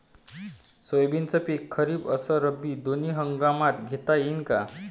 सोयाबीनचं पिक खरीप अस रब्बी दोनी हंगामात घेता येईन का?